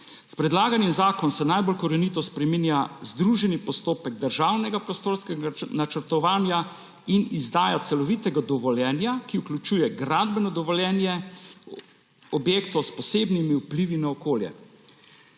S predlaganim zakonom se najbolj korenito spreminjata združeni postopek državnega prostorskega načrtovanja in izdaja celovitega dovoljenja, ki vključuje gradbeno dovoljenje objektov s posebnimi vplivi na okolje.